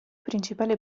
principale